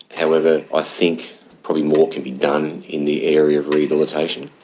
however i think probably more can be done in the area of rehabilitation.